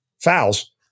fouls